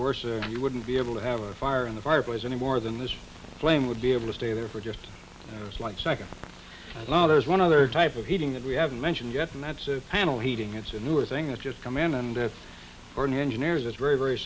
course you wouldn't be able to have a fire in the fireplace any more than this flame would be able to stay there for just like seconds lol there's one other type of heating that we haven't mentioned yet and that's a panel heating it's a newer thing that's just come in and or an engine there's a very very